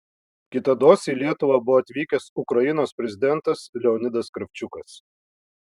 kitados į lietuvą buvo atvykęs ukrainos prezidentas leonidas kravčiukas